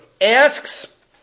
Asks